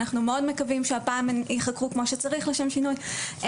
אנחנו מאוד מקווים שהפעם הן יחקרו כמו שצריך לשם שינוי.